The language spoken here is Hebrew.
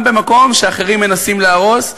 גם במקום שאחרים מנסים להרוס.